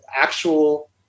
actual